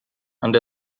and